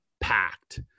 packed